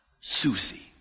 Susie